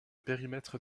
périmètre